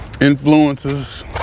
influences